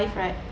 right